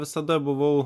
visada buvau